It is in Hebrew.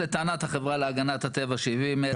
לטענת החברה להגנת הטבע 70 אלף.